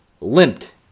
limped